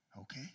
Okay